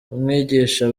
umwigisha